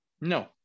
no